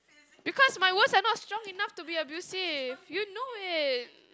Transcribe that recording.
because my words are not strong enough to be abusive you know it